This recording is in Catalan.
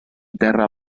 terra